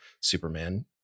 Superman